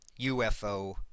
UFO